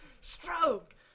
Stroke